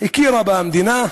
הכירה בה המדינה,